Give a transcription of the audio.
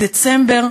בדצמבר